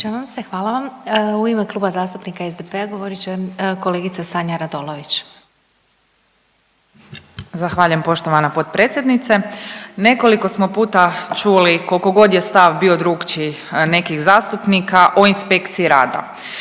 hvala vam. U ime Kluba zastupnika SDP-a govorit će kolegica Sanja Radolović. **Radolović, Sanja (SDP)** Zahvaljujem poštovana potpredsjednice. Nekoliko smo puta čuli kolko god je stav bio drukčiji nekih zastupnika o inspekciji rada